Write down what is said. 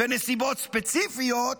בנסיבות ספציפיות,